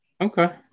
Okay